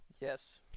Yes